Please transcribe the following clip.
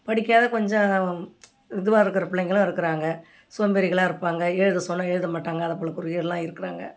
படிக்காத கொஞ்சம் இதுவாக இருக்கிறப் பிள்ளைங்களும் இருக்கிறாங்க சோம்பேறிகளாக இருப்பாங்க எழுத சொன்னால் எழுத மாட்டாங்க அதை போல இருக்கிறாங்க